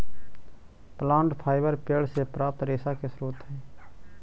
plant fibre पेड़ से प्राप्त रेशा के स्रोत हई